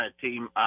team